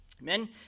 amen